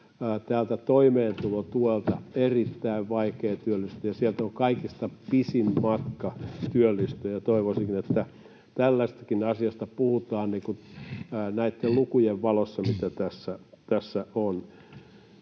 — on toimeentulotuelta erittäin vaikea työllistyä ja sieltä on kaikista pisin matka työllistyä. Toivoisinkin, että tällaisestakin asiasta puhutaan näitten lukujen valossa, mitä tässä on.